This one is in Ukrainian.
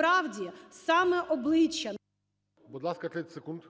ГЕРАЩЕНКО І.В.